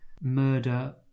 murder